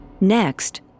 Next